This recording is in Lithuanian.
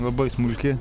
labai smulkiai